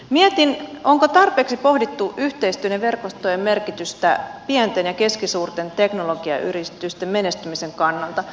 mietin onko tarpeeksi pohdittu yhteistyön ja verkostojen merkitystä pienten ja keskisuurten teknologiayritysten menestymisen kannalta